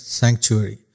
sanctuary